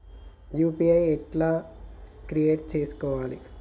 UPI ఎట్లా create చేసుకోవాలి?